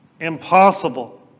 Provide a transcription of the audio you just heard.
impossible